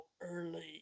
early